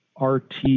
RT